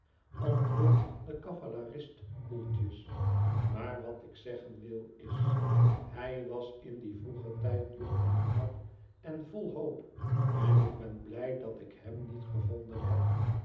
antwoordt de cavalerist koeltjes maar wat ik zeggen wil is hij was in dien vroeger tijd jong en knap en vol hoop en ik ben blij dat ik hem niet gevonden heb